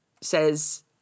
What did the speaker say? says